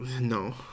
No